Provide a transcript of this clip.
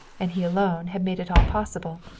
and he alone, had made it all possible.